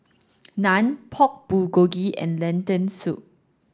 Naan Pork Bulgogi and Lentil soup